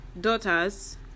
Daughters